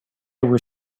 were